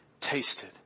tasted